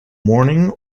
morning